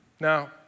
now